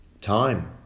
time